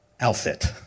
outfit